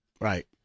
Right